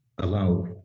allow